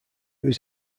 was